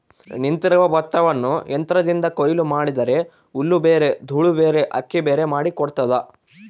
ನಿಂತಿರುವ ಭತ್ತವನ್ನು ಯಂತ್ರದಿಂದ ಕೊಯ್ಲು ಮಾಡಿದರೆ ಹುಲ್ಲುಬೇರೆ ದೂಳುಬೇರೆ ಅಕ್ಕಿಬೇರೆ ಮಾಡಿ ಕೊಡ್ತದ